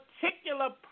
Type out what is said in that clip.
particular